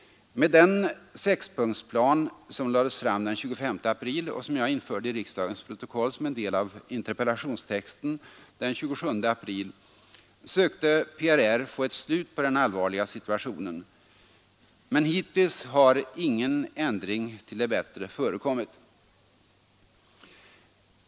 Med den 6-punktsplan som lades fram den 25 april och som jag införde i riksdagens protokoll som en del av interpellationstexten den 27 april sökte PRR få ett slut på den allvarliga situationen, men hittills har ingen ändring till det bättre förekommit.